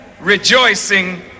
rejoicing